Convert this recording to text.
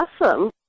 awesome